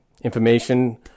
information